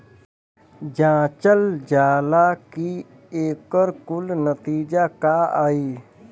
जांचल जाला कि एकर कुल नतीजा का आई